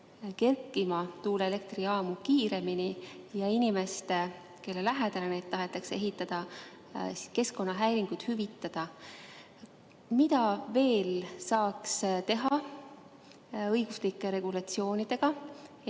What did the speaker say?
saaks kerkida kiiremini ja inimestele, kelle lähedale neid tahetakse ehitada, saaks keskkonnahäiringu hüvitada. Mida veel saaks teha õiguslike regulatsioonidega,